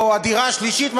או הדירה השלישית,